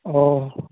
अ